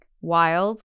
wild